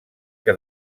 que